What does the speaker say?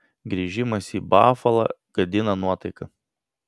grįžimas į bafalą gadina nuotaiką